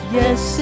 yes